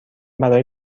برای